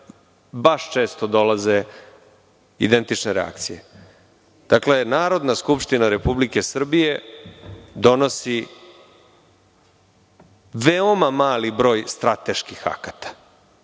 baš često dolaze identične reakcije. Narodna skupština Republike Srbije donosi veoma mali broj strateških akata,